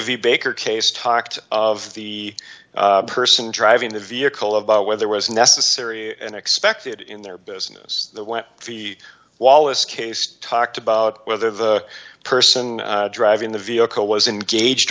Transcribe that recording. v baker case talked of the person driving the vehicle about whether was necessary and expected in their business the when the wallace case talked about whether the person driving the vehicle was engaged